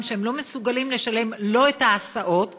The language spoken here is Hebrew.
שהם לא מסוגלים לשלם לא את ההסעות,